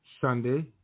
Sunday